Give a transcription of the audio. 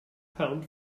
pound